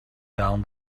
down